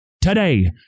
today